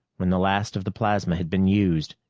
when the last of the plasma had been used,